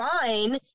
fine